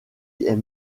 est